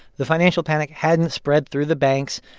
the financial panic hadn't spread through the banks,